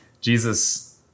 Jesus